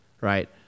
right